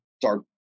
dark